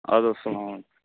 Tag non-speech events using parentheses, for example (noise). اَدٕ حظ (unintelligible)